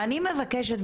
ואני מבקשת,